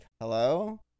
hello